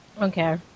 Okay